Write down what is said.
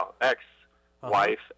ex-wife